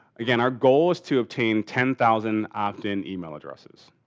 again, our goal is to obtain ten thousand opt-in email addresses.